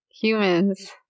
Humans